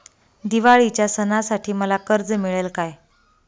दिवाळीच्या सणासाठी मला कर्ज मिळेल काय?